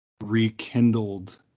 rekindled